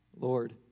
Lord